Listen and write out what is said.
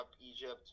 Egypt